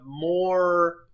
more